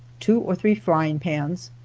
two or three frying pans,